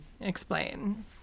Explain